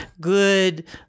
good